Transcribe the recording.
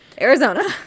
Arizona